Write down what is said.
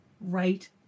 right